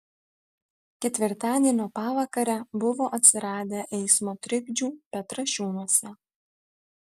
ketvirtadienio pavakarę buvo atsiradę eismo trikdžių petrašiūnuose